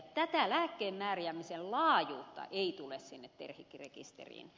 tätä lääkkeen määräämisen laajuutta ei tule sinne terhikki rekisteriin